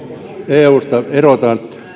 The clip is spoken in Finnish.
eusta erotaan